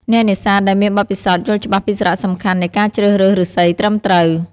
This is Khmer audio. អ្នកនេសាទដែលមានបទពិសោធន៍យល់ច្បាស់ពីសារៈសំខាន់នៃការជ្រើសរើសឫស្សីត្រឹមត្រូវ។